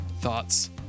thoughts